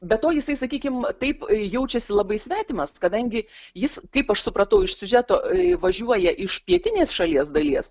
be to jisai sakykim taip jaučiasi labai svetimas kadangi jis kaip aš supratau iš siužeto važiuoja iš pietinės šalies dalies